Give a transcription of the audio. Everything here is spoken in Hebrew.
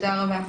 תודה רבה.